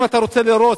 אם אתה רוצה להרוס,